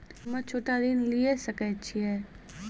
हम्मे छोटा ऋण लिये सकय छियै?